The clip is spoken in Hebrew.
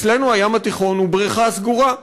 אצלנו הים התיכון הוא בריכה סגורה,